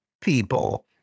people